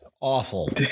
Awful